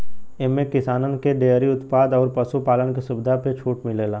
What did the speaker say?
एम्मे किसानन के डेअरी उत्पाद अउर पशु पालन के सुविधा पे छूट मिलेला